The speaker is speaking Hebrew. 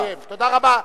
תודה רבה.